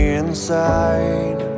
inside